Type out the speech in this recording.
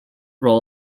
roll